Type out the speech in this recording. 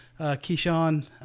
Keyshawn